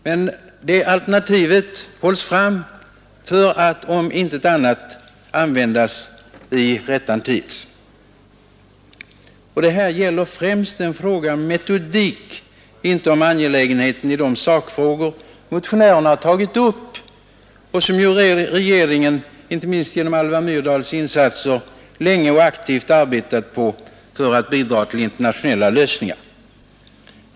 Men det alternativet hålls fram för att, om inte annat, vid behov kunna aktualiseras i en framtid. Detta gäller främst en fråga om metodik, inte om angelägenheten i de sakfrågor motionärerna tagit upp och som regeringen, inte minst genom Alva Myrdals insatser, länge och aktivt arbetat på för att bidra till internationella lösningar.